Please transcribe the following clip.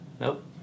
Nope